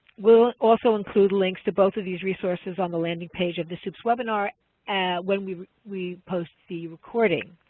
we'll also include links to both of these resources on the landing page of the sups webinar when we we post the recording.